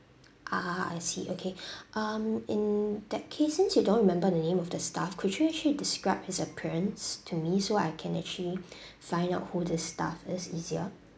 ah I see okay um in that case since you don't remember the name of the staff could you actually describe his appearance to me so I can actually find out who the staff is easier